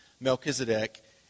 Melchizedek